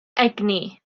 egni